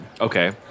Okay